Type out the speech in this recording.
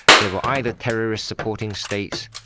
they were either terrorists supporting states,